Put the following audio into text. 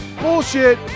bullshit